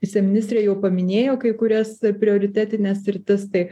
viceministrė jau paminėjo kai kurias prioritetines sritis tai